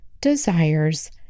desires